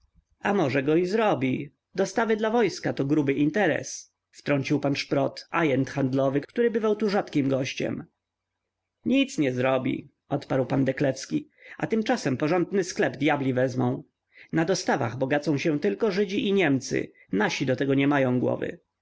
a może go i zrobi dostawy dla wojska to gruby interes wtrącił pan szprot ajent handlowy który bywał tu rzadkim gościem nic nie zrobi odparł pan deklewski a tymczasem porządny sklep dyabli wezmą na dostawach bogacą się tylko żydzi i niemcy nasi do tego nie mają głowy